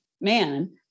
man